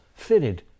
fitted